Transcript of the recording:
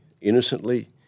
innocently